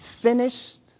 finished